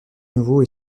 nouveaux